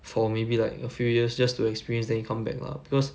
for maybe like a few years just to experience then you come back lah because